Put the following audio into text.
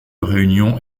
réunions